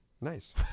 Nice